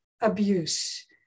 abuse